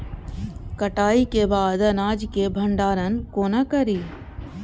कटाई के बाद अनाज के भंडारण कोना करी?